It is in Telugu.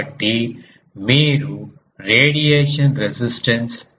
కాబట్టి మీరు రేడియేషన్ రెసిస్టెన్స్ 3